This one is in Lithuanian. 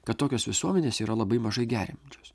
kad tokios visuomenės yra labai mažai geriančios